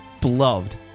beloved